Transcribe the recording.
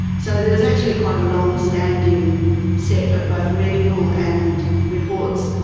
so there was actually quite a long-standing set of both medical and reports,